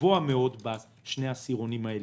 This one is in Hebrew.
גבוה מאוד בשני העשירונים העליונים.